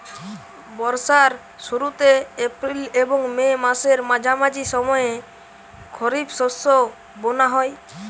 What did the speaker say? বর্ষার শুরুতে এপ্রিল এবং মে মাসের মাঝামাঝি সময়ে খরিপ শস্য বোনা হয়